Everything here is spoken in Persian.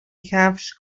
کفش